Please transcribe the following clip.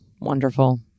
wonderful